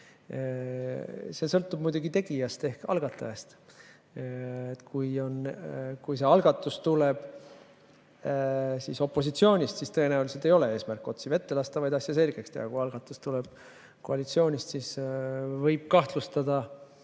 See sõltub muidugi tegijast ehk algatajast. Kui see algatus tuleb opositsioonist, siis tõenäoliselt ei ole eesmärk otsi vette lasta, vaid asju selgeks teha. Kui algatus tuleb koalitsioonist, siis võib kahtlustada,